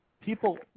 people –